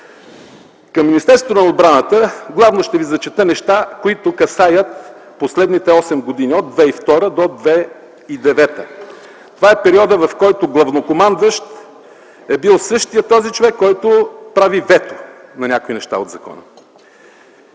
предишния път пак го казах. Главно ще ви прочета неща, които касаят последните 8 години – от 2002 до 2009 г. Това е периодът, в който главнокомандващ е бил същият този човек, който прави вето на някои неща от закона.